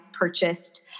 purchased